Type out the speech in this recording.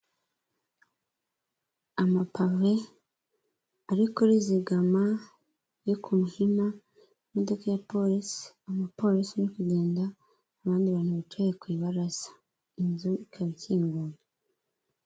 Amapave ariko kuri Zigama yo ku Muhima imodoka ya polisi, umupolisi uri kugenda abandi bantu bicaye ku ibaraza inzu ikaba ikinguye.